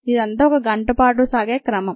ఇదంతా ఒక గంటపాటు సాగే క్రమం